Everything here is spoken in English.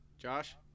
Josh